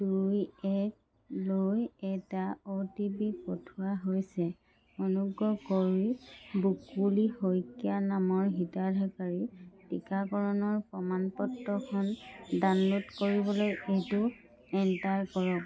দুই একলৈ এটা অ' টি পি পঠিওৱা হৈছে অনুগ্ৰহ কৰি বকুলি শইকীয়া নামৰ হিতাধিকাৰীৰ টিকাকৰণৰ প্ৰমাণ পত্ৰখন ডাউনলোড কৰিবলৈ এইটো এণ্টাৰ কৰক